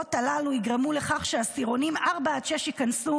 והגזרות הללו יגרמו לכך שעשירונים 4 6 ייכנסו